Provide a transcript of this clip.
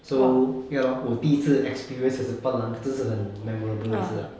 so ya lor 我第一次 experience as a 伴郎就是很 memorable 也是啦